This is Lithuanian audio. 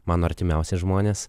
mano artimiausi žmonės